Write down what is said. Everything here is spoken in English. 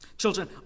Children